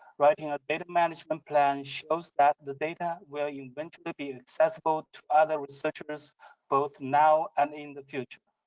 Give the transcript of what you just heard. writing a data management plan shows that the data will eventually be accessible to other researchers both now and in the future.